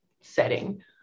setting